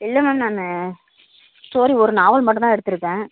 இல்லை மேம் நான் ஸ்டோரி ஒரு நாவல் மட்டும்தான் எடுத்துருக்கேன்